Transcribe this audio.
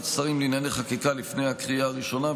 שרים לענייני חקיקה לפני הקריאה הראשונה,